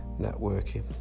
networking